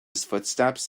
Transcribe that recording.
footsteps